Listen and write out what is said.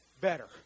Better